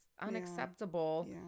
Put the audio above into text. unacceptable